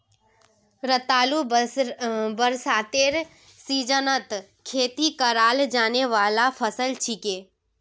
रतालू बरसातेर सीजनत खेती कराल जाने वाला फसल छिके